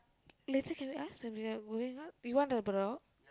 later can we ask when we are going out you want to have a dog